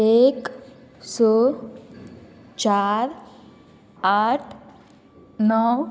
एक स चार आठ णव